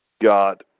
got